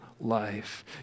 life